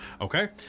Okay